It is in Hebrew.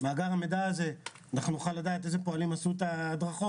וממנו נוכל לדעת אילו פועלים קיבלו את ההדרכות,